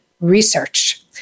Research